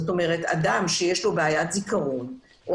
אדם שיש לו בעיית זיכרון או